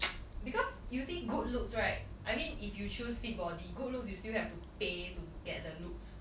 because you see good looks right I mean if you choose fit body good looks you still have to pay to get the looks